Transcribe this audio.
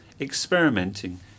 Experimenting